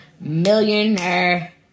millionaire